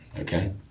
okay